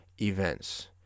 events